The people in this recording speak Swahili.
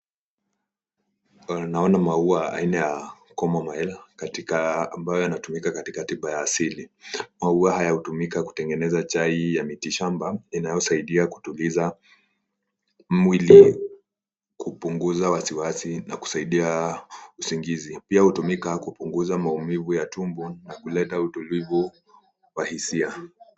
Naona maua aina ya komo maela ambayo yanatumika katika tiba asili. Maua haya hutumika kutengeneza chai ya mitishamba inayosaidia kutuliza mwili, kupunguza wasiwasi na kusaidia usingizi. Pia husaidia kupunguza maumivu ya tumbo na kuleta utulivu wa hisia.